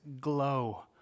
glow